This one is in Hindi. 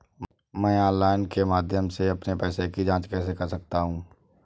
मैं ऑनलाइन के माध्यम से अपने पैसे की जाँच कैसे कर सकता हूँ?